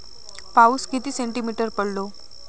पाऊस किती सेंटीमीटर पडलो?